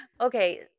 Okay